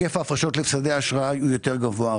ההפרשות לאשראי הוא יותר גבוה.